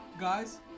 Guys